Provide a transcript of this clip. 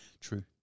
True